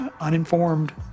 uninformed